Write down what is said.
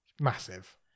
massive